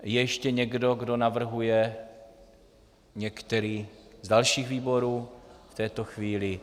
Je ještě někdo, kdo navrhuje některý z dalších výborů v této chvíli?